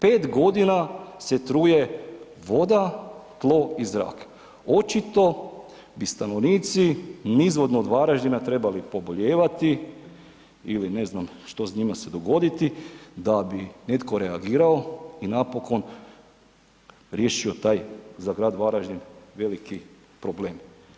5 g. se truje voda, tlo i zrak, očito bi stanovnici nizvodno od Varaždina trebali pobolijevati ili ne znam što s njima se dogoditi da bi netko reagirao i napokon riješio taj za grad Varaždin veliki problem.